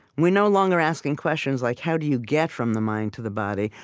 we're no longer asking questions like how do you get from the mind to the body?